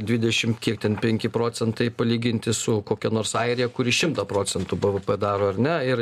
dvidešim kiek ten penki procentai palyginti su kokia nors airija kuri šimtą procentų bvp daro ar ne ir